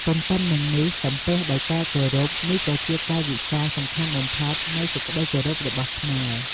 ទន្ទឹមនឹងនេះ សំពះដោយការគោរព នេះក៏ជាកាយវិការសំខាន់បំផុតនៃសេចក្តីគោរពរបស់ខ្មែរ។